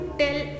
tell